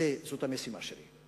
זו המשימה שלי.